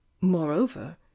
moreover